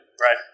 Right